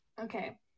Okay